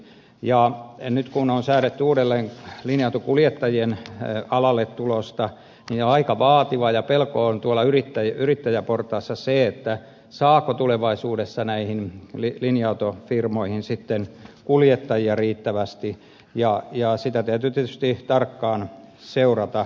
ja nyt kun on säädetty uudelleen linja autonkuljettajien alalle tulosta niin tämä on aika vaativaa ja on pelkoa tuolla yrittäjäportaassa saako tulevaisuudessa näihin linja autofirmoihin sitten kuljettajia riittävästi ja sitä täytyy tietysti tarkkaan seurata